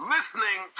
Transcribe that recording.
Listening